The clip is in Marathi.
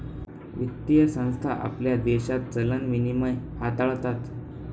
वित्तीय संस्था आपल्या देशात चलन विनिमय हाताळतात